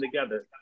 together